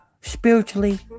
spiritually